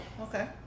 Okay